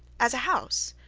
as a house,